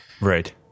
right